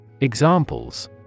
Examples